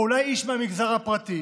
או אולי איש מהמגזר הפרטי?